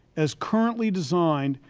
as currently designed,